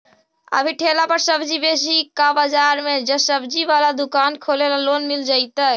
अभी ठेला पर सब्जी बेच ही का बाजार में ज्सबजी बाला दुकान खोले ल लोन मिल जईतै?